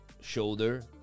shoulder